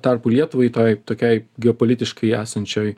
tarpu lietuvai tai tokiai geopolitiškai esančioj